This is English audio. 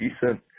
decent